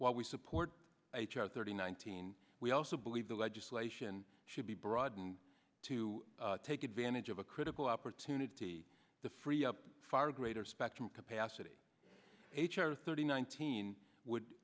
while we support h r thirty nineteen we also believe the legislation should be broadened to take advantage of a critical opportunity to free up far greater spectrum capacity h r thirty nineteen would